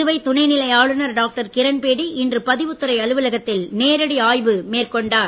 புதுவை துணைநிலை ஆளுநர் டாக்டர் கிரண்பேடி இன்று பதிவுத்துறை அலுவலகத்தில் நேரடி ஆய்வு மேற்கொண்டார்